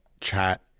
chat